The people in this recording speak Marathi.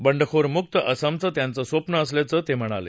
बंडखोरमुक असमचं त्यांचं स्वप्नं असल्याचं ते म्हणाले